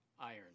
iron